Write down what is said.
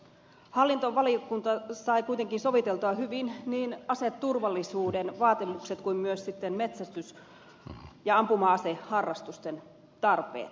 hallintovaliokunta sai kuitenkin soviteltua hyvin niin aseturvallisuuden vaatimukset kuin myös metsästys ja ampuma aseharrastusten tarpeet